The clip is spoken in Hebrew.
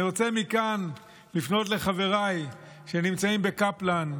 אני רוצה לפנות מכאן לחבריי שנמצאים בקפלן,